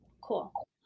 Cool